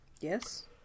Yes